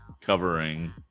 covering